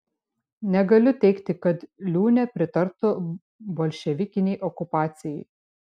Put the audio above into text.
negaliu teigti kad liūnė pritartų bolševikinei okupacijai